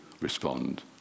respond